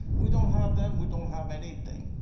we don't have them, we don't have anything.